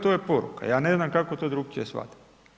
To je poruka, ja ne znam kako to drukčije shvatiti.